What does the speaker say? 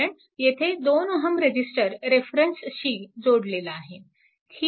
कारण येथे 2 Ω रेजिस्टर रेफरन्सशी जोडलेला आहे